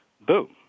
Boom